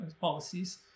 policies